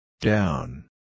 Down